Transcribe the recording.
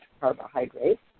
carbohydrates